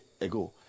ago